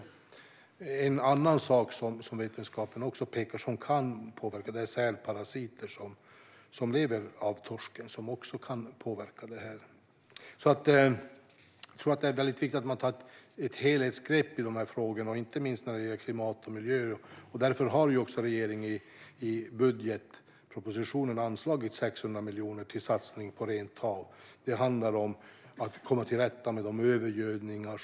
En annan sak som vetenskapen pekar på och som kan påverka är sälparasiter, som lever av torsken. Det är viktigt att man tar ett helhetsgrepp om de här frågorna, inte minst när det gäller klimat och miljö. Därför har regeringen anslagit 600 miljoner i budgetpropositionen till satsningen på rent hav. Det handlar om att komma till rätta med övergödningar.